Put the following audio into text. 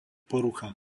porucha